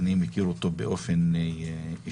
אני מכיר אותו באופן אישי.